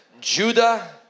Judah